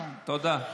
תודה.